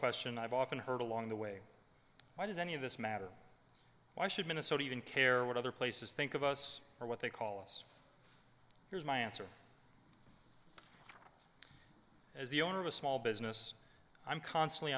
question i've often heard along the way why does any of this matter why should minnesota even care what other places think of us or what they call us here's my answer as the owner of a small business i'm constantly